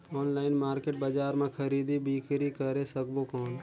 Online market बजार मां खरीदी बीकरी करे सकबो कौन?